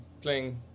playing